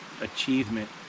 achievement